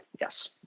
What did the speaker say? Yes